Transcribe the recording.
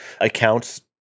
accounts